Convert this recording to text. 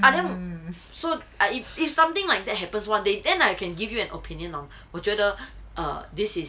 I don't so if if something like that happen one day then I can give you an opinion on 我觉得 err this is